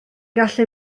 gallu